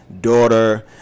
daughter